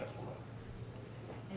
אני